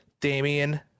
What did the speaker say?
Damian